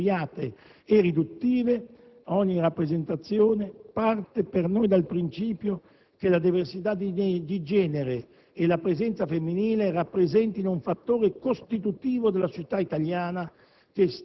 fuorviate e riduttive parte per noi dal principio che la diversità di genere e la presenza femminile rappresentino un fattore costitutivo della società italiana,